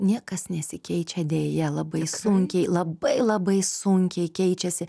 niekas nesikeičia deja labai sunkiai labai labai sunkiai keičiasi